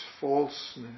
falseness